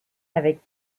avec